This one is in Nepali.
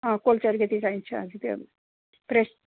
कोला चाहिँ अलिकति चाहिन्छ हजुर त्यो फ्रेस